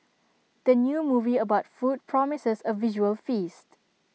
the new movie about food promises A visual feast